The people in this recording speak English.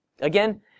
Again